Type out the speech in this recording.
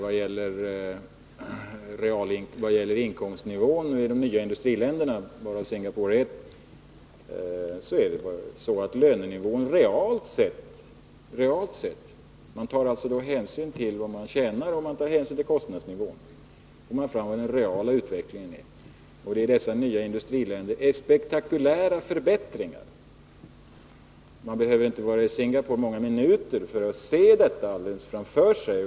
Vad beträffar inkomstnivån i de nya industriländerna, varav Singapore är ett, har den realt sett — alltså vad man tjänar i förhållande till kostnadsnivån — undergått spektakulära förbättringar. Man behöver inte vara i Singapore många minuter för att se detta alldeles tydligt.